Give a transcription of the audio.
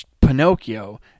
Pinocchio